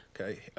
Okay